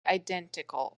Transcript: identical